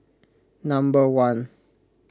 number one